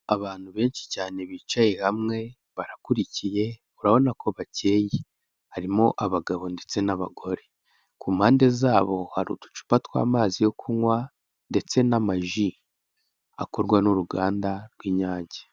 Abantu benshi cyane bicaye hamwe barakurikiye urabona ko bakeye, harimo abagabo ndetse n'abagore, ku mpande zabo hari uducupa tw'amazi yo kunywa ndetse n'amaji akorwa n'uruganda rw'inyange.